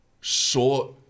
short